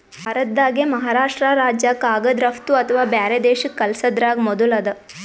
ಭಾರತ್ದಾಗೆ ಮಹಾರಾಷ್ರ್ಟ ರಾಜ್ಯ ಕಾಗದ್ ರಫ್ತು ಅಥವಾ ಬ್ಯಾರೆ ದೇಶಕ್ಕ್ ಕಲ್ಸದ್ರಾಗ್ ಮೊದುಲ್ ಅದ